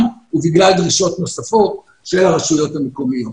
ובגלל דרישות נוספות של הרשויות המקומיות.